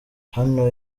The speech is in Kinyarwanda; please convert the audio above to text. hano